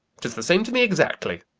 tis the same to me exactly.